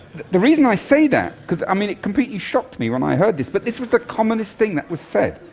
the the reason i say that, i mean, it completely shocked me when i heard this but this was the commonest thing that was said.